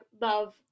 love